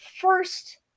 first